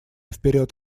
вперед